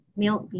milk